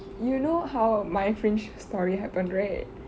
you know how my fringe story happened right